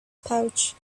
pouch